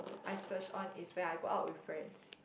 I splurge on is when I go out with friends